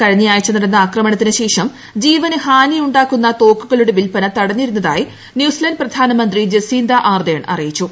കഴിഞ്ഞ ആഴ്ച നടന്ന ആക്രമണത്തിന് ശേഷം ജീവന് ഹാനി ഉണ്ടാക്കുന്ന തോക്കുകളുടെ വിൽപ്പന തടഞ്ഞിരുന്നതായി ന്യൂസിലാന്റ് പ്രധാനമന്ത്രി ജെസിന്ത ആർതേൺ അറിയിച്ചു